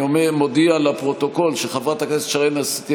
אני מודיע לפרוטוקול שחברת הכנסת שרן השכל